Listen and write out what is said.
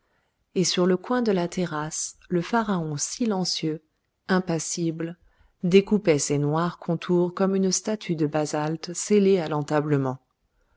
et sur le coin de la terrasse le pharaon silencieux impassible découpait ses noirs contours comme une statue de basalte scellée à l'entablement